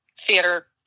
theater